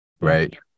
Right